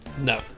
No